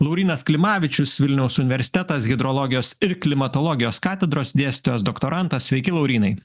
laurynas klimavičius vilniaus universitetas hidrologijos ir klimatologijos katedros dėstytojas doktorantas sveiki laurynai